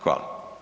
Hvala.